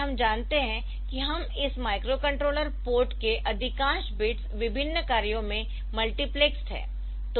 जैसा कि हम जानते है कि इस माइक्रोकंट्रोलर पोर्ट के अधिकांश बिट्स विभिन्न कार्यों में मल्टिप्लेक्सड है